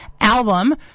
album